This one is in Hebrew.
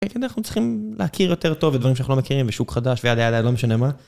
כן, אנחנו צריכים להכיר יותר טוב את דברים שאנחנו לא מכירים בשוק חדש וידה ידה, לא משנה מה.